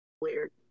Weird